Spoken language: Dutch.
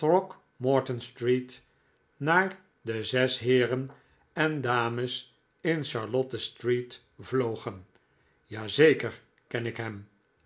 de zes heeren en dames in charlotte street vlogen ja zeker ken ik hem